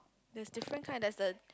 there is different kind there's the